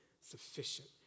sufficient